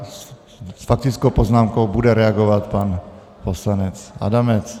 S faktickou poznámkou bude reagovat pan poslanec Adamec.